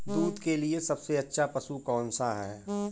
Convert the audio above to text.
दूध के लिए सबसे अच्छा पशु कौनसा है?